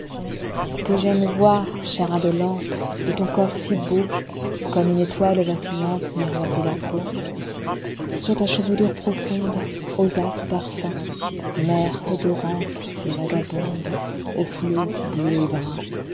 que j'aime voir clière indolente de ton corps si beau comme une étoile vacillante miroiter la peaul sur ta chevelure profonde aux acres parfums mer odorante et vagabonde aux flots bleus et bruns